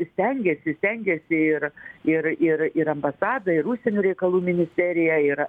stengiasi stengiasi ir ir ir ir ambasada ir užsienio reikalų ministerija ir